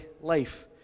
life